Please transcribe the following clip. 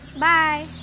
my